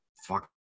fuck